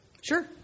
sure